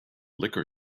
liquor